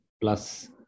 plus